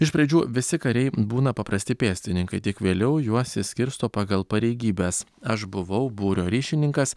iš pradžių visi kariai būna paprasti pėstininkai tik vėliau juos išskirsto pagal pareigybes aš buvau būrio ryšininkas